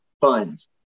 funds